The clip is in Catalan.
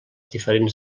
diferents